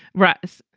rats.